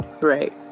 right